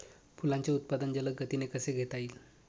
फुलांचे उत्पादन जलद गतीने कसे घेता येईल?